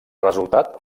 resultat